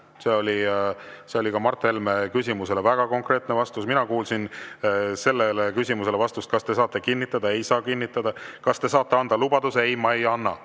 See oli ka Mart Helme küsimusele väga konkreetne vastus. Mina kuulsin sellele küsimusele, kas te saate kinnitada, vastust: "Ei saa kinnitada." Kas te saate anda lubaduse? "Ei, ma ei anna."